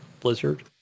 Blizzard